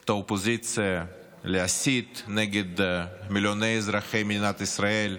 את האופוזיציה, להסית נגד מיליוני אזרחי ישראל,